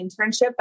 internship